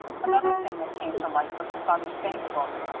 another thing that came to light was her father's bankbook.